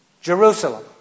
Jerusalem